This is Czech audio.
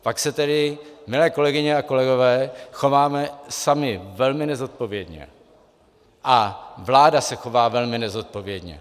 Pak se tedy, milé kolegyně a kolegové, chováme sami velmi nezodpovědně a vláda se chová velmi nezodpovědně.